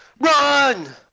Run